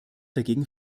dagegen